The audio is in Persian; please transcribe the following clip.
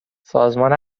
سازمان